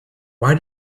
why